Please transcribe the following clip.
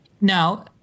Now –